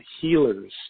healers